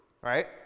right